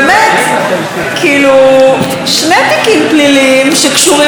שני תיקים פליליים שקשורים לתקשורת.